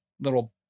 little